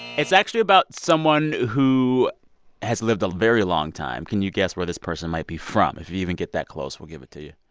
it's actually about someone who has lived a very long time. can you guess where this person might be from? if you even get that close, we'll give it to you.